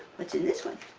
what's in this one?